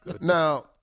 Now